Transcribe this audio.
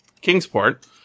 Kingsport